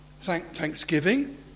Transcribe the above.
thanksgiving